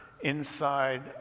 inside